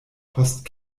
post